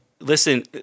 listen